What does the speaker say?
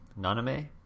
naname